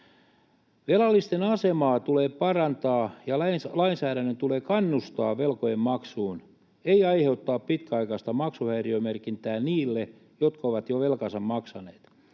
Velallisten asemaa tulee parantaa, ja lainsäädännön tulee kannustaa velkojen maksuun, ei aiheuttaa pitkäaikaista maksuhäiriömerkintää niille, jotka ovat jo velkansa maksaneet.